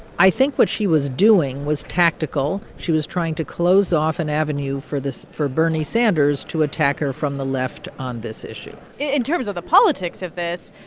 i think what she was doing was tactical. she was trying to close off an avenue for this for bernie sanders to attack her from the left on this issue in terms of the politics of this,